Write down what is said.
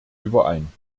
überein